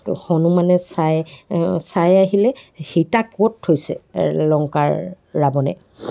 হনুমানে চাই চাই আহিলে সীতাক ক'ত থৈছে লংকাৰ ৰাৱণে